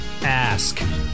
ask